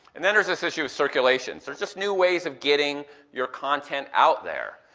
and then there's this issue of circulation. so there's just new ways of getting your content out there.